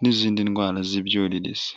n'izindi ndwara z'ibyuririzi.